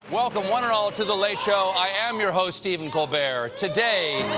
welcome one and all, to the late show. i am your host, stephen colbert. today